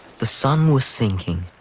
the sun was sinking.